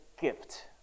gift